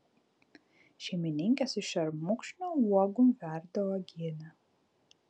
šeimininkės iš šermukšnio uogų verda uogienę